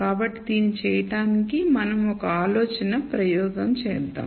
కాబట్టి దీన్ని చేయడానికి మనం ఒక ఆలోచన ప్రయోగం చేద్దాం